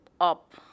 up